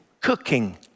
cooking